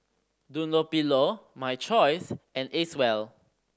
Dunlopillo My Choice and Acwell